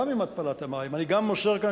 אני גם מוסר כאן,